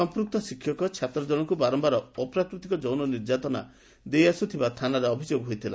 ସଂପୂକ୍ତ ଶିକ୍ଷକ ଛାତ୍ର ଜଶକୁ ବାରମ୍ୟାର ଅପ୍ରାକୃତିକ ଯୌନ ନିର୍ଯାତନା ଦେଇଆସୁଥିବା ଥାନାରେ ଅଭିଯୋଗ ହୋଇଥିଲା